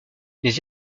les